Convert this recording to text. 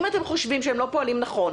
אם אתם חושבים שהם לא פועלים נכון,